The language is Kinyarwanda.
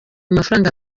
amafaranga